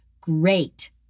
great